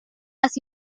las